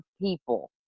people